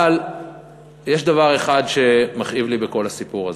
אבל יש דבר אחד שמכאיב לי בכל הסיפור הזה.